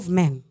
men